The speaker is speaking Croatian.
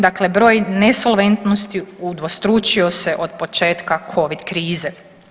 Dakle, broj nesolventnosti udvostručio se od početka covid krize.